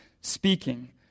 speaking